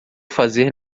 fazer